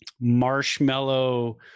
marshmallow